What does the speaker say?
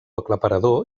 aclaparador